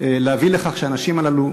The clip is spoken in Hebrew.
להביא לכך שהאנשים הללו,